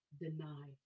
deny